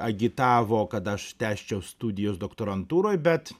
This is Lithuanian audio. agitavo kad aš tęsčiau studijas doktorantūroje bet